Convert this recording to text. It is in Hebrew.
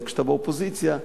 וכשאתה באופוזיציה,